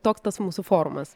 toks tas mūsų forumas